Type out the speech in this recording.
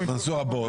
הבוס,